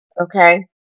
okay